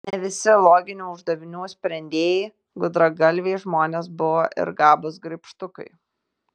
ne visi loginių uždavinių sprendėjai gudragalviai žmonės buvo ir gabūs graibštukai